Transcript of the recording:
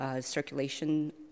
circulation